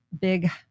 big